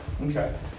Okay